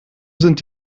sind